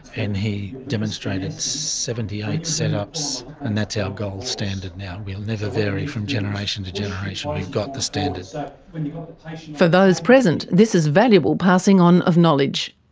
and he demonstrated seventy eight set-ups, and that's our gold standard now. we never vary from generation to generation. we've got the standard. for those present, this is valuable passing on of knowledge.